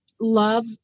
love